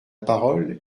parole